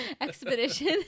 Expedition